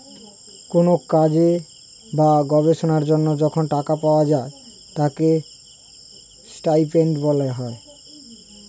কোন কাজ বা গবেষণার জন্য যখন টাকা পাওয়া যায় তাকে স্টাইপেন্ড বলা হয়